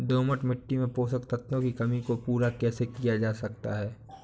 दोमट मिट्टी में पोषक तत्वों की कमी को पूरा कैसे किया जा सकता है?